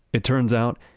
it turns out,